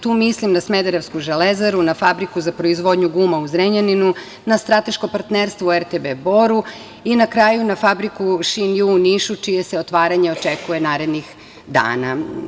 Tu mislim na smederevsku „Železaru“, na fabriku za proizvodnju guma u Zrenjaninu, na strateško partnerstvo u RTB „Bor“ i na kraju na fabriku „Šinju“ u Nišu, čije se otvaranje očekuje narednih dana.